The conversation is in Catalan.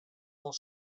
molt